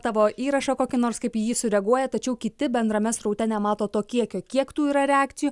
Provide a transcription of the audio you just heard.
tavo įrašą kokį nors kaip į jį sureaguoja tačiau kiti bendrame sraute nemato to kiekio kiek tų yra reakcijų